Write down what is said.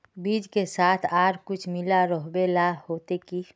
बीज के साथ आर कुछ मिला रोहबे ला होते की?